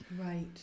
Right